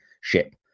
ship